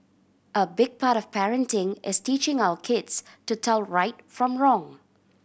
a big part of parenting is teaching our kids to tell right from wrong